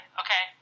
okay